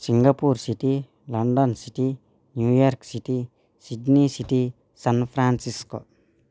Singapore city London city New York City Sydney city San Francisco